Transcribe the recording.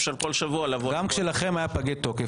אפשר לבוא בכל שבוע --- גם כשלכם היה פגי תוקף,